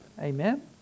Amen